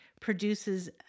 produces